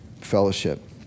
Fellowship